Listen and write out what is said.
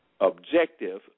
objective